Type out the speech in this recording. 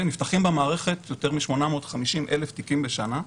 נפתחים במערכת יותר מ-850,000 תיקים בשנה,